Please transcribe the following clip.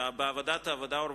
ובוועדת העבודה והרווחה,